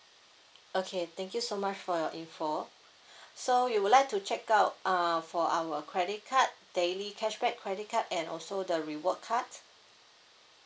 okay thank you so much for your info so you would like to check out err for our credit card daily cashback credit card and also the reward card